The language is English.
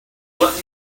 let